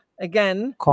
again